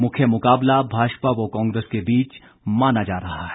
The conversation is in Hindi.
मुख्य मुकाबला भाजपा व कांग्रेस के बीच माना जा रहा है